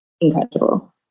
incredible